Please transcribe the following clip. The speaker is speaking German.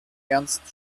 ernst